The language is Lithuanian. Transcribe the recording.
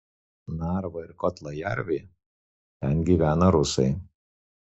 narva ir kohtla jervė ten gyvena rusai